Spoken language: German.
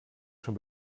schon